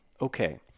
okay